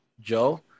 Joe